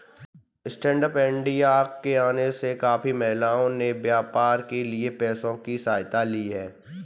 stand up India के आने से काफी महिलाओं ने व्यापार के लिए पैसों की सहायता ली है